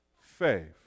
faith